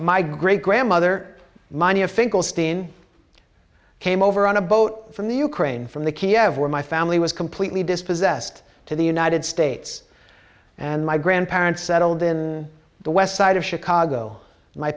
my great grandmother money of finkelstein came over on a boat from the ukraine from the kiev where my family was completely dispossessed to the united states and my grandparents settled in the west side of chicago my